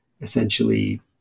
essentially